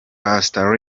pastor